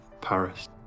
Paris